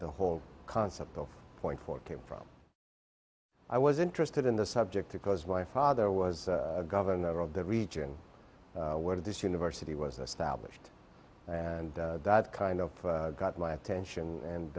the whole concept of point four came from i was interested in the subject because my father was governor of the region where this university was established and that kind of got my attention and